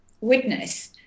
witness